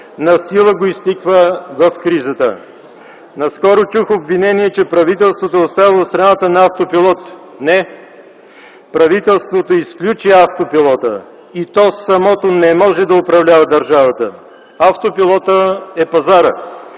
насила го изтиква в кризата. Наскоро чух обвинения, че правителството е оставило страната на автопилот. Не, правителството изключи автопилота и то самото не може да управлява държавата. Автопилотът е пазарът.